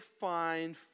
find